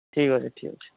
ଠିକ୍ ଅଛି ଠିକ୍ ଅଛି